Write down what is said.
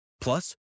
Plus